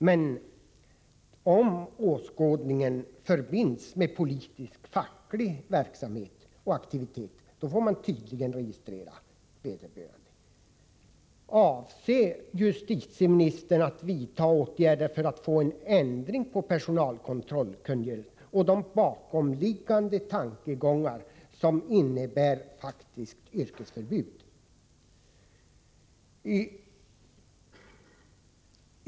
Men om åskådningen förbinds med politisk facklig verksamhet och aktivitet, får man tydligen registrera vederbörande. Avser justitieministern att vidta åtgärder för att få en ändring av personalkontrollkungörelsen och de bakomliggande tankegångar som innebär yrkesförbud?